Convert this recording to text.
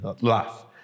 life